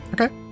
Okay